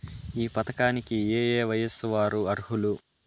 ఈ పథకానికి ఏయే వయస్సు వారు అర్హులు?